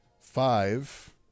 Five